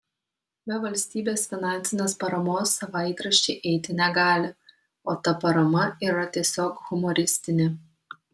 be valstybės finansinės paramos savaitraščiai eiti negali o ta parama yra tiesiog humoristinė